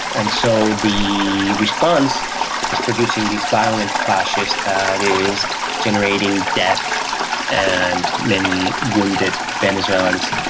and so the response is producing these violent clashes that is generating death and many wounded venezuelans,